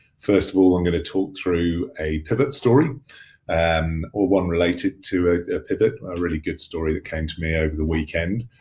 first of all, i'm gonna talk through a pivot story and or one related to a pivot a really good story that came to me over the weekend.